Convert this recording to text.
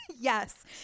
Yes